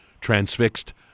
Transfixed